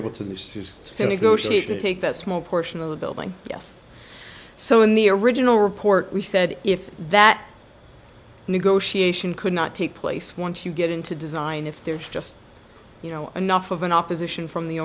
negotiate to take a small portion of the building yes so in the original report we said if that negotiation could not take place once you get into design if there's just you know enough of an opposition from the